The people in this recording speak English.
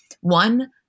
one-